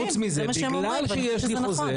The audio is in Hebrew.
חוץ מזה, בגלל שיש לי חוזה.